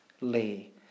lay